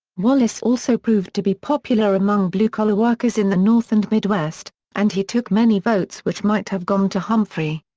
wallace also proved to be popular among blue-collar workers in the north and midwest, and he took many votes which might have gone to humphrey.